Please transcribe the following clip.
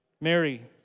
Mary